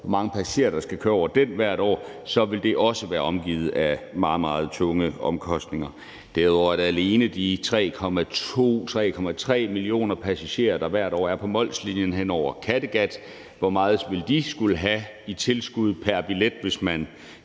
hvor mange passagerer der skal køre over den hvert år, vil det også være omgivet af meget, meget tunge omkostninger. Derudover er de 3,2 eller 3,3 millioner passagerer, der hvert år er på Molslinjen hen over Kattegat, og hvor meget vil de skulle have i tilskud pr. billet, hvis man